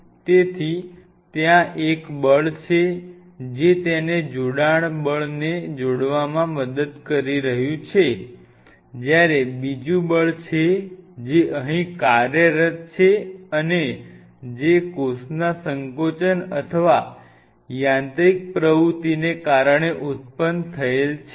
તેથી ત્યાં એક બળ છે જે તેને જોડાણ બળને જોડવામાં મદદ કરી રહ્યું છે જ્યારે બીજું બળ છે જે અહીં કાર્યરત છે અને જે કોષના સંકોચન અથવા યાંત્રિક પ્રવૃત્તિને કારણે ઉત્પન્ન થયેલ બળ છે